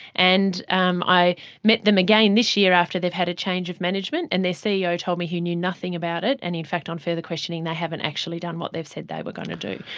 and um i met them again this year after they've had a change of management and their ceo told me he knew nothing about it and in fact on further questioning they haven't actually done what they've said they were going to do.